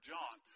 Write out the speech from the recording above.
John